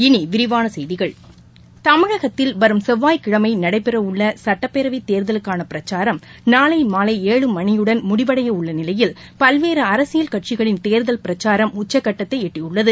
இனி விரிவான செய்திகள் தமிழகத்தில் வரும் செவ்வாய்க்கிழமை நடைபெறவுள்ள சட்டப்பேரவைத்தேர்தலுக்கான பிரச்சாரம் நாளை மாலை ஏழு மணியுடன் முடிவடையவுள்ள நிலையில் பல்வேறு அரசியல் கட்சிகளின் தேர்தல் பிரச்சாரம் உச்சகட்டத்தை எட்டியுள்ளது